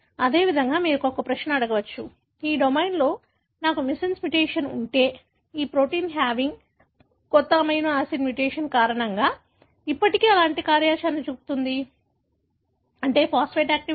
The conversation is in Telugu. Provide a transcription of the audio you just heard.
అదేవిధంగా మీరు ఒక ప్రశ్న అడగవచ్చు ఈ డొమైన్లో నాకు మిస్సెన్స్ మ్యుటేషన్ ఉంటే ఈ ప్రొటీన్ హేవింగ్ కొత్త అమైనో యాసిడ్ మ్యుటేషన్ కారణంగా ఇప్పటికీ ఎలాంటి కార్యాచరణను చూపుతుంది అంటే ఫాస్ఫేటేస్ యాక్టివిటీ